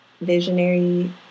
visionary